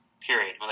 period